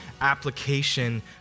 application